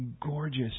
gorgeous